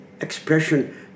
expression